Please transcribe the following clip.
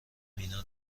مینا